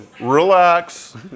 relax